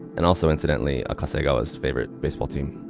and also, incidentally, akasegawa's favorite baseball team,